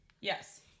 Yes